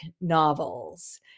novels